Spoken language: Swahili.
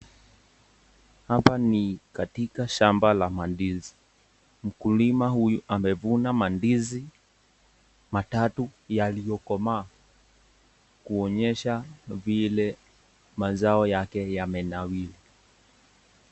Hapa ni katika shamba la mandizi, mkulima huyu amevuna mandizi matatu yaliyokomaa kuonyesha vile mazao yake yamenawiri.